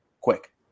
quick